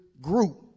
group